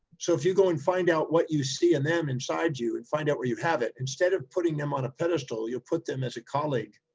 so if you go and find out what you see in them, inside you and find out where you have it, instead of putting them on a pedestal, you'll put them as a colleague.